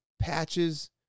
patches